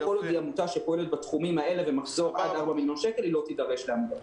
כל עמותה שפועלת בתחומים האלה ומחזור עד 4 מיליון שקל לא תידרש לערבות.